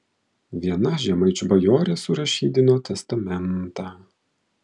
viena žemaičių bajorė surašydino testamentą